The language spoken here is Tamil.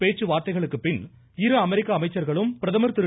பேச்சுவார்த்தைகளுக்கு பின் இரு அமெரிக்க அமைச்சர்களும் பிரதமர் திரு